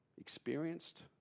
experienced